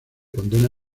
condena